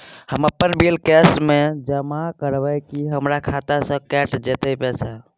हम अपन bill cash म जमा करबै की हमर खाता स कैट जेतै पैसा?